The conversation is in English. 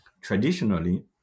traditionally